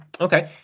okay